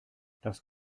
das